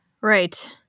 Right